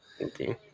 Okay